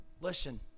Listen